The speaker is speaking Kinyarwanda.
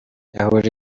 yahuje